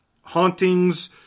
Hauntings